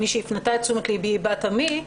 מי שהפנתה את תשומת ליבי היא בת עמי,